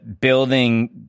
building